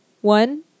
One